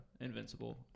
invincible